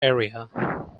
area